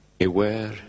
aware